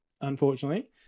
unfortunately